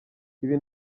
ibi